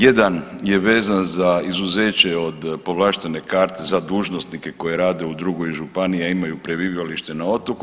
Jedan je vezan za izuzeće od povlaštene karte za dužnosnike koji rade u drugoj županiji, a imaju prebivalište na otoku.